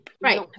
right